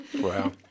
Wow